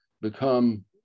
become